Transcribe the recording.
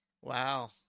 Wow